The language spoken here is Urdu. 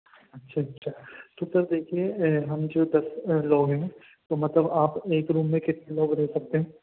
اچھا اچھا تو پھر دیکھیے ہم جو دس لوگ ہیں تو مطلب آپ ایک روم میں کتنے لوگ رہ سکتے ہیں